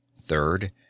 Third